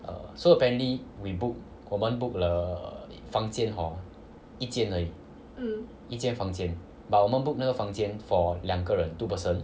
err so apparently we book 我们 book 了房间 hor 一间而已一间房间 but 我们 book 那个房间 for 两个人 two person